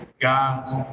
God's